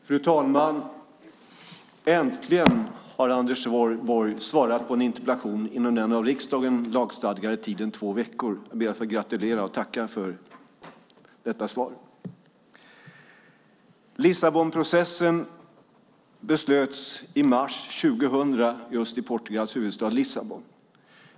Fru talman! Äntligen har Anders Borg svarat på en interpellation inom den av riksdagen lagstadgade tiden två veckor. Jag ber att få gratulera och tacka för detta svar. Lissabonprocessen beslöts i mars 2000 just i Portugals huvudstad Lissabon.